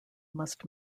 must